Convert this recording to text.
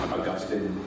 Augustine